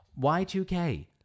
Y2K